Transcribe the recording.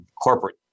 corporate